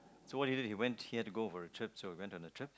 so what he did he went he had to go on a work so he went on a check